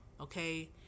okay